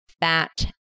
fat